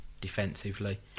defensively